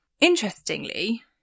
Interestingly